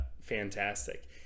Fantastic